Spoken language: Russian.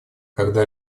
когда